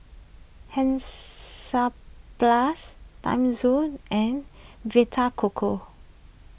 Hansaplast Timezone and Vita Coco